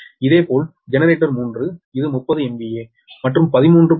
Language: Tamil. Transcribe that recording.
இதேபோல் ஜெனரேட்டர் 3 இது 30 MVA மற்றும் 13